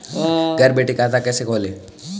घर बैठे खाता कैसे खोलें?